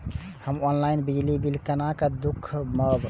हम ऑनलाईन बिजली बील केना दूखमब?